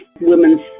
women's